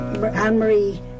Anne-Marie